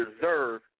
deserve